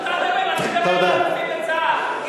להתחיל לקבל אלופים בצה"ל.